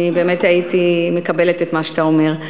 אני באמת הייתי מקבלת את מה שאתה אומר,